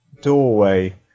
Doorway